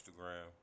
Instagram